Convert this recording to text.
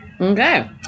okay